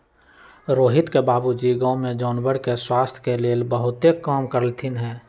रोहित के बाबूजी गांव में जानवर के स्वास्थ के लेल बहुतेक काम कलथिन ह